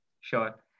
Sure